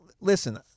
listen